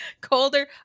Colder